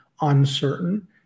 uncertain